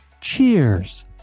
cheers